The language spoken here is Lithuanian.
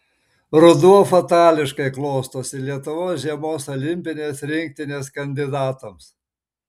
ruduo fatališkai klostosi lietuvos žiemos olimpinės rinktinės kandidatams